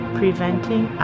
preventing